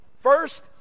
First